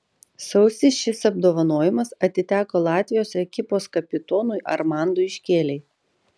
sausį šis apdovanojimas atiteko latvijos ekipos kapitonui armandui škėlei